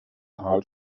how